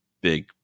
big